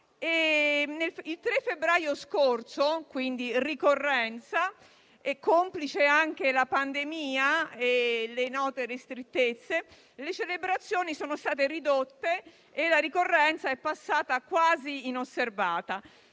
Il 3 febbraio scorso, complice la pandemia e le note ristrettezze, le celebrazioni sono state ridotte e la ricorrenza è passata quasi inosservata,